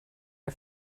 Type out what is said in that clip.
are